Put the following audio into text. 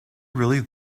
really